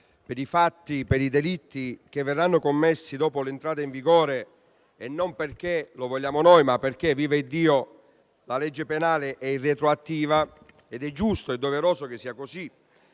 per i fatti e per i delitti che verranno commessi dopo la sua entrata in vigore, non è perché lo vogliamo noi, ma perché - vivaddio! - la legge penale è irretroattiva ed è giusto e doveroso che sia così.